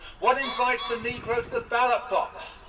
what invites the negro to the ballot-box?